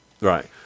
Right